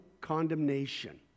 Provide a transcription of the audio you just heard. condemnation